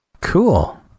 cool